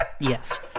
Yes